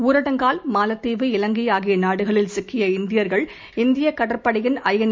ஊரடங்கால் மாலத்தீவு இவங்கைஆகியநாடுகளில் சிக்கிய இந்தியர்கள் இந்தியகடற்படையின் ஐஎன்